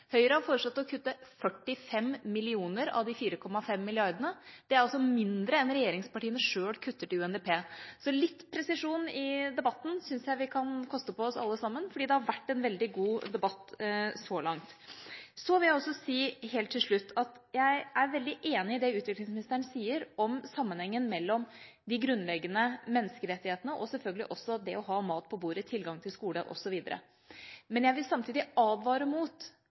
Høyre har foreslått å kutte 45 mill. kr av de 4,5 mrd. kr. Det er altså mindre enn regjeringspartiene selv kutter til UNDP, så litt presisjon i debatten syns jeg vi alle kan koste på oss, for det har vært en veldig god debatt så langt. Så vil jeg helt til slutt også si at jeg er veldig enig i det utviklingsministeren sier om sammenhengen mellom de grunnleggende menneskerettighetene og selvfølgelig også det å ha mat på bordet, tilgang til skole osv. Men jeg vil samtidig advare